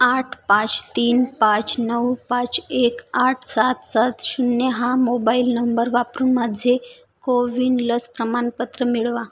आठ पाच तीन पाच नऊ पाच एक आठ सात सात शून्य हा मोबाईल नंबर वापरून माझे कोविन लस प्रमाणपत्र मिळवा